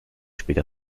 später